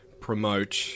promote